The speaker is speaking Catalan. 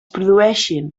produeixin